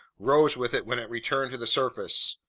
rose with it when it returned to the surface,